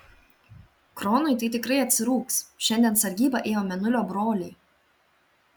kronui tai tikrai atsirūgs šiandien sargybą ėjo mėnulio broliai